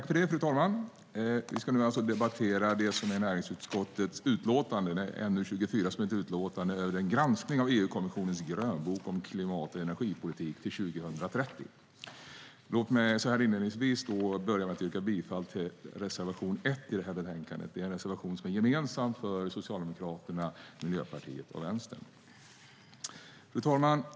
Fru talman! Vi ska nu debattera näringsutskottets utlåtande 24 om granskning av EU-kommissionens grönbok om klimat och energipolitiken till 2030. Låt mig inledningsvis yrka bifall till reservation 1 som är gemensam för Socialdemokraterna, Miljöpartiet och Vänstern. Fru talman!